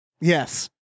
Yes